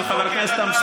איפה החברים שלך פה?